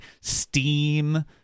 Steam